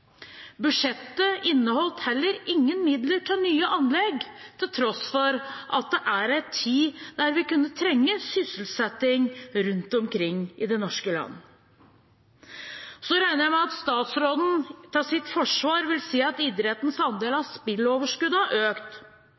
Budsjettet inneholdt heller ingen midler til nye anlegg, til tross for at det er en tid da vi kunne trenge sysselsetting rundt omkring i det norske land. Jeg regner med at statsråden til sitt forsvar vil si at idrettens andel av spilloverskuddet har økt.